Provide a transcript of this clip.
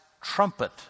trumpet